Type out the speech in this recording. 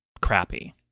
crappy